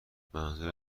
منظورم